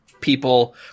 people